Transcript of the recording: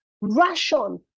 ration